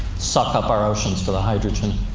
suck up our oceans for the hydrogen?